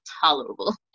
tolerable